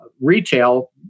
retail